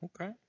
Okay